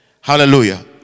Hallelujah